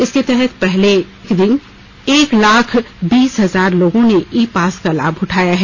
इसके तहत पहले दिन एक लाख बीस हजार लोगों ने ई पास का लाभ उठाया है